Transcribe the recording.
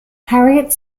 harriet